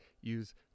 use